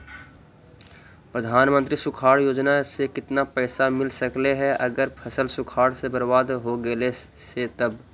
प्रधानमंत्री सुखाड़ योजना से केतना पैसा मिल सकले हे अगर फसल सुखाड़ से बर्बाद हो गेले से तब?